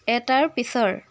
এটাৰ পিছৰ